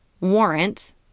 warrant